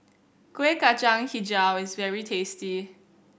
Kueh Kacang Hijau is very tasty